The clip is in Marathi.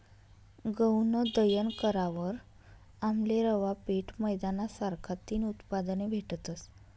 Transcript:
गऊनं दयन करावर आमले रवा, पीठ, मैदाना सारखा तीन उत्पादने भेटतस